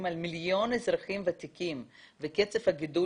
על מיליון אזרחים ותיקים וקצב הגידול,